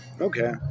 Okay